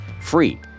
free